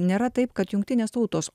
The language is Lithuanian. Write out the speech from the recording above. nėra taip kad jungtinės tautos